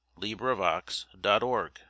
LibriVox.org